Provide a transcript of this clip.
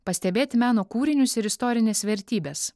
pastebėti meno kūrinius ir istorines vertybes